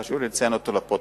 וחשוב לי לציין אותו לפרוטוקול.